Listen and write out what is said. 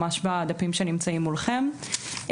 ממש בדפים שנמצאים מולכם,